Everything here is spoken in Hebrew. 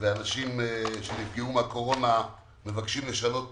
ואנשים שנפגעו מהקורונה מבקשים לשנות פריסה.